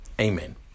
amen